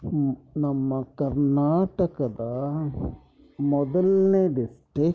ಹ್ಞೂ ನಮ್ಮ ಕರ್ನಾಟಕದ ಮೊದಲನೇ ಡಿಸ್ಟಿಕ್